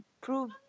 prove